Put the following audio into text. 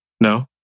No